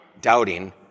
Doubting